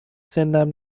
سنم